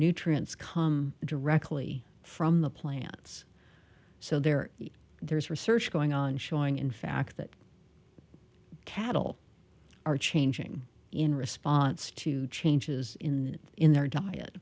nutrients come directly from the plants so they're there's research going on showing in fact that cattle are changing in response to changes in in their diet